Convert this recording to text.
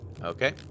Okay